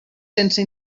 sense